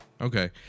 Okay